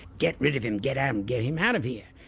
get rid of him, get um get him out of here!